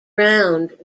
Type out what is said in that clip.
round